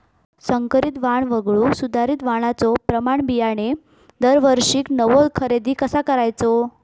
संकरित वाण वगळुक सुधारित वाणाचो प्रमाण बियाणे दरवर्षीक नवो खरेदी कसा करायचो?